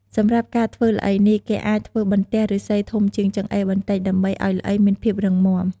សម្រាប់ការធ្វើល្អីនេះ គេអាចធ្វើបន្ទះឫស្សីធំជាងចង្អេរបន្តិច ដើម្បីឱ្យល្អីមានភាពរឹងមាំ។